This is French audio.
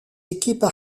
équipes